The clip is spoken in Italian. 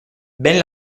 ben